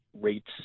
rates